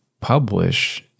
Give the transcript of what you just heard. publish